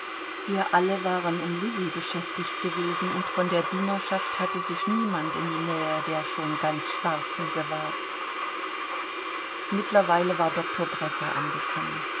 wir alle waren um lilli beschäftigt gewesen und von der dienerschaft hatte sich niemand in die nähe der schon ganz schwarzen gewagt mittlerweile war doktor bresser angekommen